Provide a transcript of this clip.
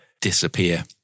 disappear